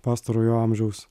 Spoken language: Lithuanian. pastarojo amžiaus